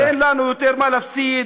אין לנו יותר מה להפסיד,